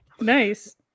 nice